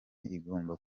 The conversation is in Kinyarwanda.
igomba